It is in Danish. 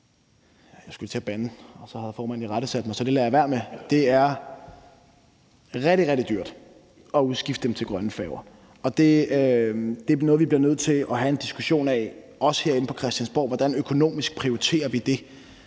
lige til at bande, men så havde formanden irettesat mig, så det lader jeg være med – at det er rigtig, rigtig dyrt at udskifte dem til grønne færger. Det er noget, vi bliver nødt til at have en diskussion af, også herinde på Christiansborg, altså hvordan vi økonomisk prioriterer det.